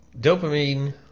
dopamine